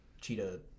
Cheetah